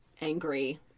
angry